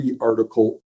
article